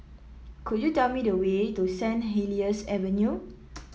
could you tell me the way to Saint Helier's Avenue